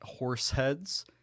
Horseheads